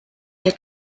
der